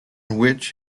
which